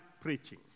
preaching